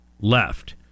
left